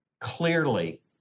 clearly